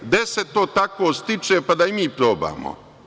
Gde se to tako stiče, pa da i mi probamo?